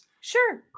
sure